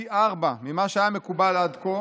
פי ארבעה ממה שהיה מקובל עד כה.